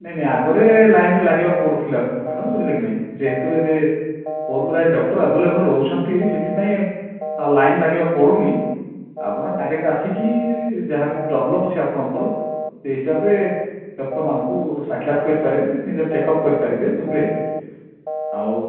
ନାଇଁ ନାଇଁ ଆଗରେ ଲାଇନ୍ ଟା ଲାଗିବାକୁ ପଡ଼ୁଥିଲା ମ୍ୟାଡ଼ାମ ବୁଝିଲେ କି ନାହିଁ ଯେହେତୁ ଏବେ ବହୁତଗୁଡ଼ାଏ ଡ଼କ୍ଟର ଏଭେଲେବୁଲ ରହୁଛନ୍ତି ସେଥିପାଇଁ ଆଉ ଲାଇନ୍ ଲାଗିବାକୁ ପଡ଼ୁନି ଆପଣ ଡ଼ାଇରେକ୍ଟ ଆସିକି ଯାହା ବି ପ୍ରୋବ୍ଲେମ୍ ଅଛି ଆପଣଙ୍କର ସେହି ହିସାବରେ ଡ଼କ୍ଟର ମାନଙ୍କୁ ସାକ୍ଷାତ କରିପାରିବେ ନିଜ ଚେକ୍ଅପ କରିପାରିବେ ବୁଝିଲେ ଆଉ